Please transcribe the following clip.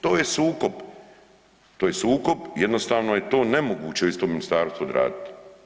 To je sukob, to je sukob, jednostavno je to nemoguće u istom ministarstvu odraditi.